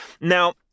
Now